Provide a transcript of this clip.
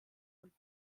und